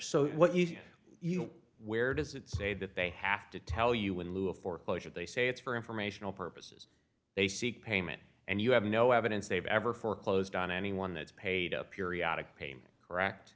so what you you know where does it say that they have to tell you in lieu of foreclosure they say it's for informational purposes they seek payment and you have no evidence they've ever foreclosed on anyone that's paid a periodic